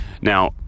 Now